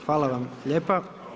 Hvala vam lijepa.